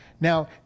Now